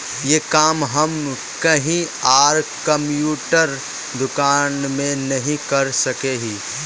ये काम हम कहीं आर कंप्यूटर दुकान में नहीं कर सके हीये?